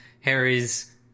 Harry's